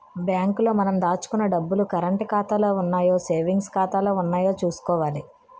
bank లో మనం దాచుకున్న డబ్బులు కరంటు ఖాతాలో ఉన్నాయో సేవింగ్స్ ఖాతాలో ఉన్నాయో చూసుకోవాలి